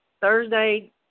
Thursday